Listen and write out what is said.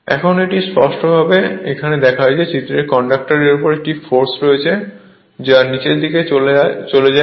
এখন এটি স্পষ্টভাবে এখানে দেখায় যে চিত্রের কন্ডাকটরের উপর একটি ফোর্স রয়েছে যা নীচের দিকে চলে যায়